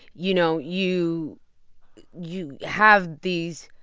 you know, you you have these